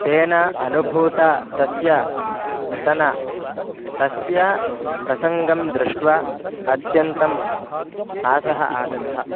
तेन अनुभूतः तस्य घटना तस्य प्रसङ्गं दृष्ट्वा अत्यन्तम् हासः आगतः